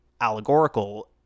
allegorical